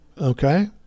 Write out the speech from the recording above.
okay